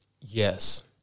Yes